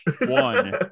One